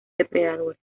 depredadores